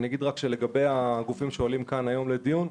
אומר רק שלגבי הגופים שעולים כאן לדיון היום